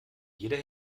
jeder